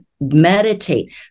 meditate